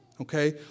Okay